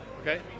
Okay